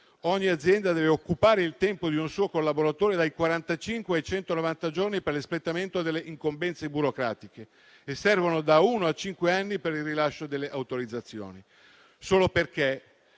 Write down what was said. Ogni azienda deve occupare il tempo di un suo collaboratore dai 45 ai 190 giorni per l'espletamento delle incombenze burocratiche e servono da uno a cinque anni per il rilascio delle autorizzazioni, solo perché